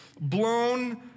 blown